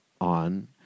on